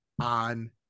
on